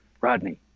Rodney